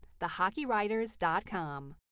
thehockeywriters.com